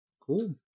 Cool